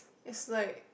is like